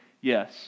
yes